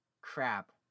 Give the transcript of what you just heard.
crap